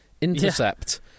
intercept